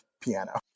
piano